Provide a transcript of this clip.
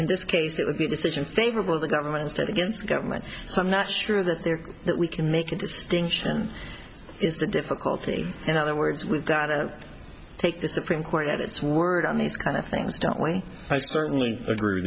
in this case it would be a decision favorable of the government to stand against government so i'm not sure that there that we can make a distinction is the difficulty in other words we've got to take the supreme court at its word on these kind of things don't we i certainly agree w